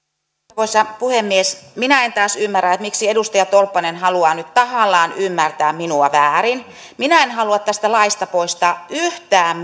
arvoisa puhemies minä en taas ymmärrä miksi edustaja tolppanen haluaa nyt tahallaan ymmärtää minua väärin minä en halua tästä laista poistaa yhtään